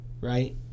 right